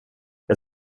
jag